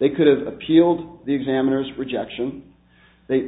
they could have appealed the examiners rejection they